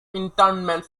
internment